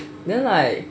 then like